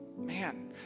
Man